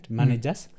managers